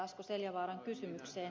asko seljavaaran kysymykseen